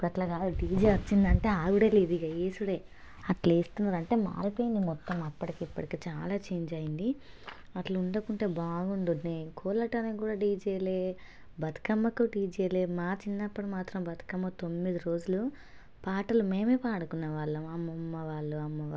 ఇప్పుడు అలా కాదు డీజే వచ్చింది అంటే ఆగడమే లేదు ఇక వేసుడే ఎలా వేస్తున్నారు అంటే మారిపోయింది మొత్తం అప్పటికి ఇప్పటికి చాలా చేంజ్ అయింది అలా ఉండకుంటే బాగుండు కోలాటానికి కూడా డీజేలే బతుకమ్మకు డీజేలే మా చిన్నప్పుడు మాత్రం బతుకమ్మ తొమ్మిది రోజులు పాటలు మేమే పాడుకునే వాళ్ళం అమ్మమ్మ వాళ్ళు అమ్మ వాళ్ళు